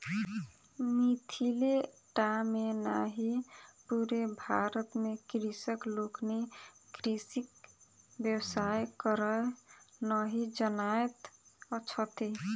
मिथिले टा मे नहि पूरे भारत मे कृषक लोकनि कृषिक व्यवसाय करय नहि जानैत छथि